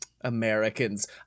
Americans